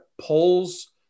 polls